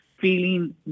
feeling